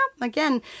again